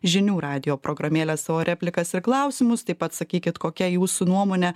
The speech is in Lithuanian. žinių radijo programėlę savo replikas ir klausimus taip pat sakykit kokia jūsų nuomonė